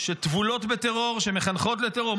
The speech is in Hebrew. שטבולות בטרור, שמחנכות לטרור?